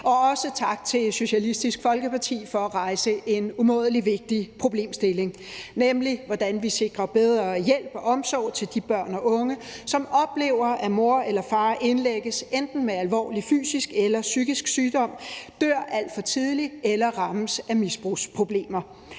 og også tak til Socialistisk Folkeparti for at rejse en umådelig vigtig problemstilling, nemlig hvordan vi sikrer bedre hjælp og omsorg til de børn og unge, som oplever, at mor eller far indlægges enten med alvorlig fysisk eller psykisk sygdom, dør alt for tidligt eller rammes af misbrugsproblemer.